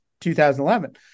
2011